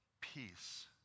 peace